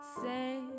say